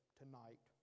tonight